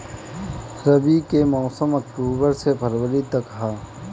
रबी के मौसम अक्टूबर से फ़रवरी तक ह